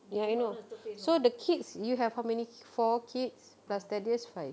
ya I know so the kids you have how many four kids plus darius five